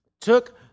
took